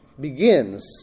begins